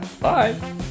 Bye